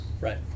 right